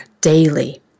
daily